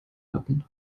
hatten